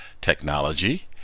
technology